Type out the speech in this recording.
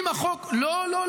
אגב, למה את הישרים אתה לא ממסה?